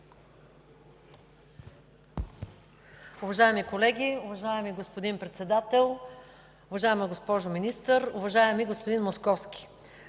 Уважаеми колеги, уважаеми господин Председател, уважаема госпожо Министър! Уважаеми господин Московски,